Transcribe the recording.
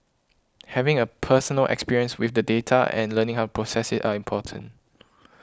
having a personal experience with the data and learning how process it are important